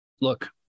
look